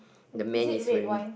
the man is wearing